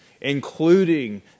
including